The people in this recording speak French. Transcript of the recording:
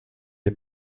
est